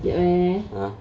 !huh!